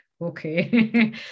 okay